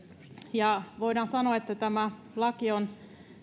ja voidaan sanoa että tämä laki on